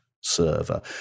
server